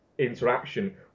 interaction